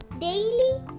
daily